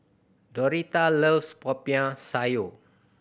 Dorathea loves Popiah Sayur